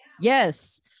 yes